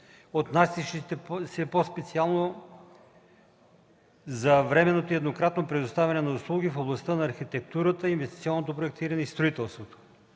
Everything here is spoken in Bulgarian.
отнасящи се по-специално за временното и еднократното предоставяне на услуги в областта на архитектурата, инвестиционното проектиране и строителството.